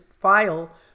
file